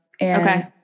Okay